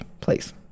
please